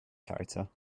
character